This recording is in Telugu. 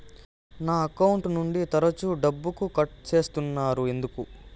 నా అకౌంట్ నుండి తరచు డబ్బుకు కట్ సేస్తున్నారు ఎందుకు